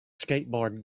skateboard